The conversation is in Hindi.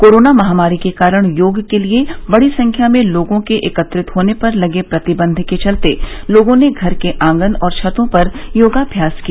कोरोना महामारी के कारण योग के लिए बड़ी संख्या में लोगों के एकत्रित होने पर लगे प्रतिबंध के चलते लोगों ने घर के आंगन और छतों पर योगाभ्यास किया